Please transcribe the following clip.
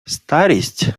старість